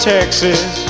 Texas